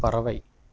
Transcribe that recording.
பறவை